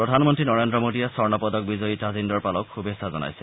প্ৰধানমন্তী নৰেন্দ্ৰ মোদীয়ে স্বৰ্ণ পদক বিজয়ী তাজিন্দৰপালক শুভেচ্ছা জনাইছে